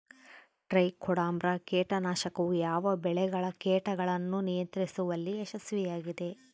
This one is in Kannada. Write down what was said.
ಟ್ರೈಕೋಡರ್ಮಾ ಕೇಟನಾಶಕವು ಯಾವ ಬೆಳೆಗಳ ಕೇಟಗಳನ್ನು ನಿಯಂತ್ರಿಸುವಲ್ಲಿ ಯಶಸ್ವಿಯಾಗಿದೆ?